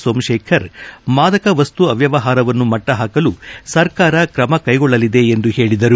ಸೋಮಶೇಖರ್ ಮಾದಕ ವಸ್ತು ಅವ್ವವಹಾರವನ್ನು ಮಟ್ಟಪಾಕಲು ಸರ್ಕಾರ ಕ್ರಮಕ್ಕೆಗೊಳ್ಟಲಿದೆ ಎಂದು ಹೇಳಿದರು